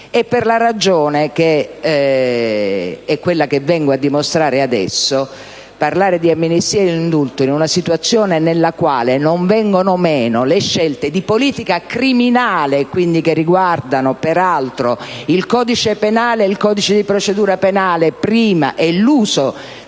per la ragione che vengo ora a dimostrare. Parlare di amnistia e di indulto in una situazione nella quale non vengono meno le scelte di politica criminale, che riguardano peraltro il codice penale e il codice di procedura penale e l'uso della